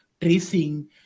tracing